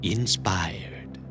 Inspired